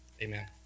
Amen